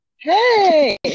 hey